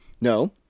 no